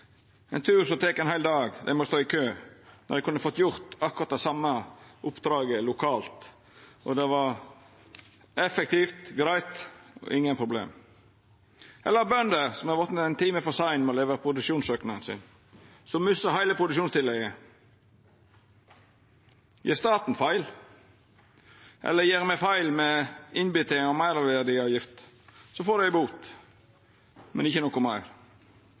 ein tur som tek ein heil dag – dei må stå i kø – når dei kunne fått utført akkurat det same oppdraget lokalt. Det hadde vore effektivt, greitt – ingen problem. Kva med bøndene som har vore ein time for seine med å levera produksjonssøknaden sin, og som mistar heile produksjonstillegget? Gjer staten feil? Gjer me feil med innbetalinga av meirverdiavgifta, får me ei bot, men ikkje noko meir.